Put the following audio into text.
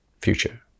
future